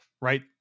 right